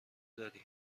داری